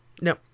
No